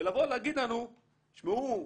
ולבוא להגיד לנו: תשמעו,